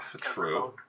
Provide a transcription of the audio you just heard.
True